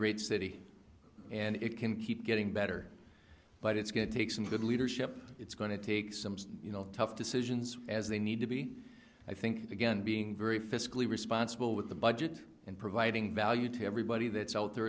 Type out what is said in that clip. great city and it can keep getting better but it's going to take some good leadership it's going to take some tough decisions as they need to be i think again being very fiscally responsible with the budget and providing value to everybody that's out there